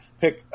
pick